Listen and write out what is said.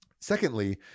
Secondly